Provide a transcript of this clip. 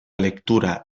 lectura